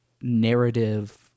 narrative